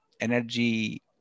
energy